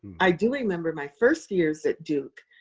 i do remember my first years at duke,